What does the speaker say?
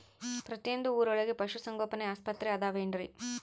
ಪ್ರತಿಯೊಂದು ಊರೊಳಗೆ ಪಶುಸಂಗೋಪನೆ ಆಸ್ಪತ್ರೆ ಅದವೇನ್ರಿ?